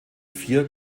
vier